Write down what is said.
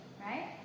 right